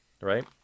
right